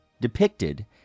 depicted